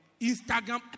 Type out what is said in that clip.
Instagram